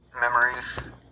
memories